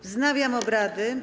Wznawiam obrady.